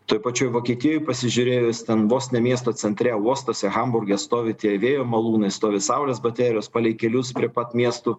toj pačioj vokietijoj pasižiūrėjus ten vos ne miesto centre uostuose hamburge stovi tie vėjo malūnai stovi saulės baterijos palei kelius prie pat miestų